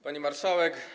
Pani Marszałek!